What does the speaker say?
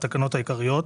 התקנות העיקריות),